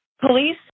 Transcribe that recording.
Police